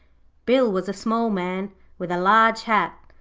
bill was a small man with a large hat,